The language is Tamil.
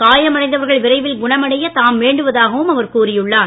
காயம் அடைந்தவர்கள் விரைவில் குணம் அடைய தாம் வேண்டுவதாகவும் அவர் கூறியுள்ளார்